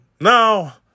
now